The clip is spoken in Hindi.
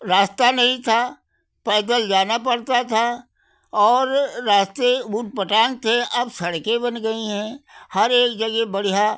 रास्ता नहीं था पैदल जाना पड़ता था और रास्ते ऊट पटांग थे अब सड़कें बन गई हैं हर एक जगह बढ़िया